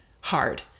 hard